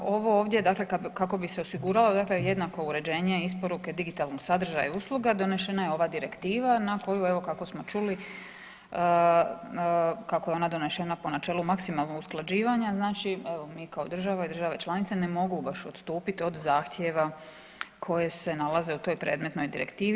Ovo ovdje dakle kako bi se osiguralo jednako uređenje isporuke digitalnog sadržaja i usluga donesena je ova Direktiva na koju evo kako smo čuli kako je ona donesena po načelu maksimalnog usklađivanja znači evo mi kao država i države članice ne mogu baš odstupiti od zahtjeva koje se nalaze u toj predmetnoj Direktivi.